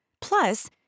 Plus